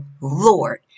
Lord